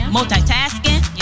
Multitasking